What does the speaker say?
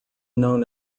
known